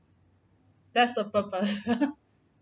that's the purpose